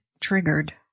triggered